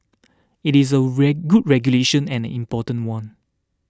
it is a red good regulation and an important one